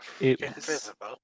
Invisible